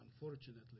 unfortunately